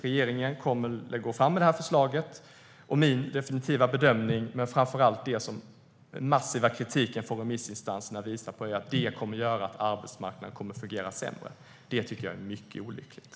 Regeringen kommer att gå fram med förslaget, och min definitiva bedömning och den massiva kritiken från remissinstanserna visar att förslaget kommer att göra att arbetsmarknaden kommer att fungera sämre. Det är mycket olyckligt.